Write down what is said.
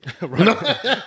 Right